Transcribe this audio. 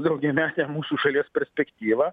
daugiametę mūsų šalies perspektyvą